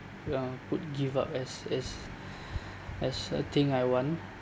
uh could give up as as as a thing I want